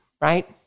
right